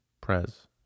Prez